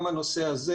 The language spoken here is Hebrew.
גם הנושא הזה.